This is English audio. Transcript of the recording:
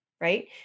right